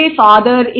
father